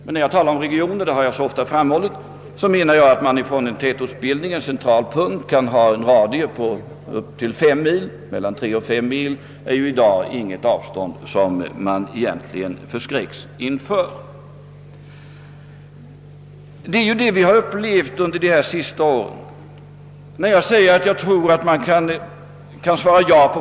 När jag talar om regioner — det har jag ofta framhållit — avser jag områden med en tätortsbildning som centralpunkt och en radie på upp till 5 mil; mellan 3 och 5 mil är i dag inte något avstånd som man förskräcks inför.